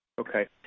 Okay